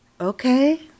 Okay